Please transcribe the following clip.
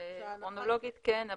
כרונולוגית כן,